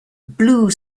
blue